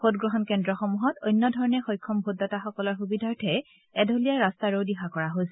ভোটগ্ৰহণ কেন্দ্ৰসমূহত অন্য ধৰণে সক্ষম ভোটদাতাসকলৰ সুবিধাৰ্থে এঢলীয়া ৰাস্তাৰো দিহা কৰা হৈছে